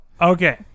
Okay